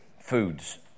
foods